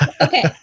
Okay